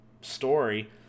story